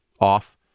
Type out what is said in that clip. off